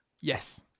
Yes